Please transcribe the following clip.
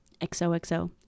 xoxo